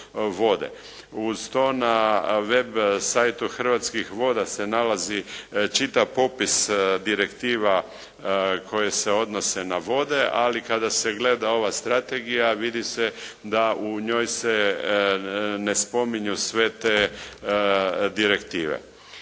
Uz to na web site Hrvatskih voda se nalazi čitav popis direktiva koje se odnose na vode, ali kada se gleda ova strategija vidi se da u njoj se ne spominju sve te direktive.